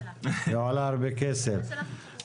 היא עולה הרבה כסף.